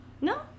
No